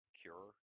cure